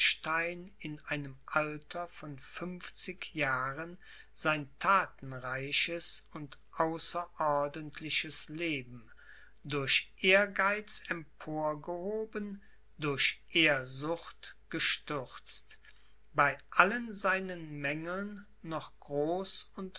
in einem alter von fünfzig jahren sein thatenreiches und außerordentliches leben durch ehrgeiz emporgehoben durch ehrsucht gestürzt bei allen seinen mängeln noch groß und